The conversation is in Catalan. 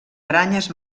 aranyes